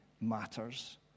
matters